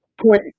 point